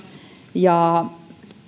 ja